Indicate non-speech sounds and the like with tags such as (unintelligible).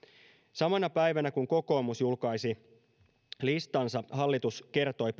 samana päivänä kun kokoomus julkaisi listansa hallitus kertoi (unintelligible)